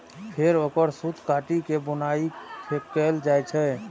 फेर ओकर सूत काटि के बुनाइ कैल जाइ छै